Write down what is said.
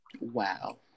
Wow